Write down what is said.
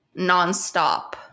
nonstop